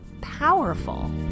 powerful